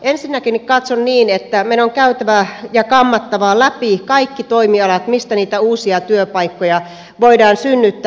ensinnäkin katson niin että meidän on käytävä ja kammattava läpi kaikki toimialat mistä niitä uusia työpaikkoja voidaan synnyttää